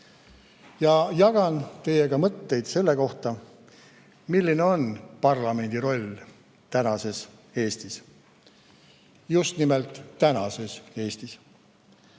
Ja jagan teiega mõtteid selle kohta, milline on parlamendi roll tänases Eestis. Just nimelt: tänases Eestis. Poleks